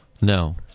No